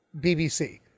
BBC